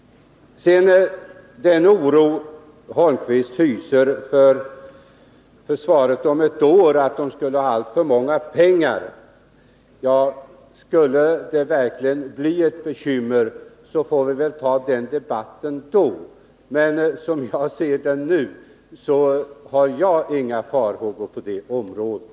Herr Holmqvist hyser oro för att försvaret om ett år skulle ha för mycket pengar. Skulle det verkligen bli sådana bekymmer, får vi väl ta en debatt om det problemet då. Som jag ser saken nu hyser jag inga farhågor av det slaget.